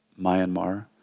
Myanmar